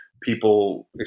people